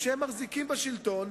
כשהם מחזיקים בשלטון,